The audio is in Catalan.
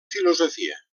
filosofia